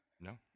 No